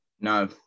No